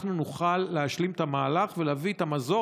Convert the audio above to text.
נוכל להשלים את המהלך ולהביא את המזור?